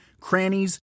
crannies